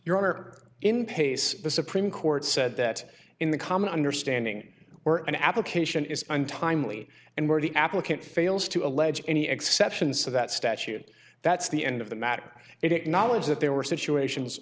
honor in pace the supreme court said that in the common understanding or an application is untimely and where the applicant fails to allege any exceptions to that statute that's the end of the matter it acknowledged that there were situations